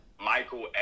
Michael